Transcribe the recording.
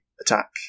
attack